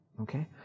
okay